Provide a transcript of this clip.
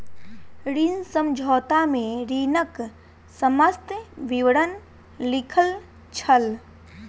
ऋण समझौता में ऋणक समस्त विवरण लिखल छल